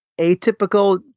atypical